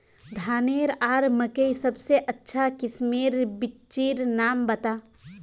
धानेर आर मकई सबसे अच्छा किस्मेर बिच्चिर नाम बता?